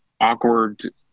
awkward